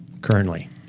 currently